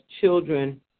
children